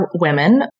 women